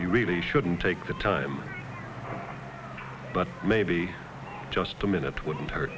you really shouldn't take the time but maybe just a minute wouldn't hurt